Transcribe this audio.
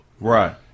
Right